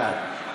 בעד.